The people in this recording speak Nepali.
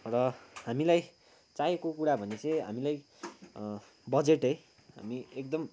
र हामीलाई चाहिएको कुरा भनेपछि हामीलाई बजेट है हामी एकदम